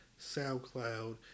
SoundCloud